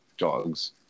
dogs